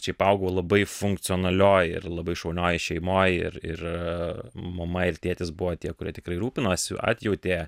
šiaip augau labai funkcionalioj ir labai šaunioj šeimoj ir ir mama ir tėtis buvo tie kurie tikrai rūpinosi atjautė